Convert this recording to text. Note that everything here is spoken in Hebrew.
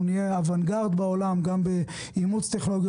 נהיה חלוצים בעולם גם באימוץ טכנולוגיה,